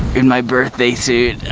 in my birthday suit.